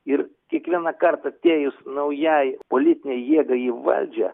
ir kiekvienąkart atėjus naujai politinei jėgai į valdžią